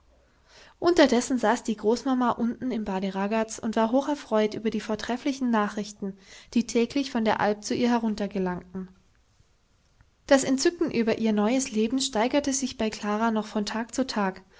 unterdessen saß die großmama unten im bade ragaz und war hocherfreut über die vortrefflichen nachrichten die täglich von der alp zu ihr heruntergelangten das entzücken über ihr neues leben steigerte sich bei klara noch von tag zu tag